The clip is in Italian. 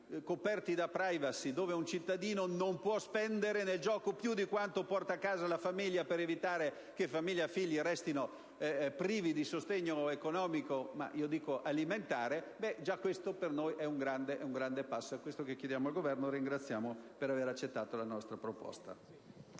coperti da *privacy*, un cittadino non possa spendere nel gioco più di quanto porta a casa la famiglia (per evitare che famiglia e figli restino privi di sostegno economico, e io aggiungo alimentare) è già un grande passo. È questo che chiediamo al Governo e lo ringraziamo per aver accettato la nostra proposta.